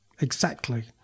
Exactly